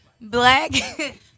Black